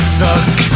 suck